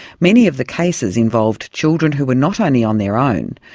many of the cases involved children who were not only on their own,